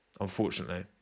Unfortunately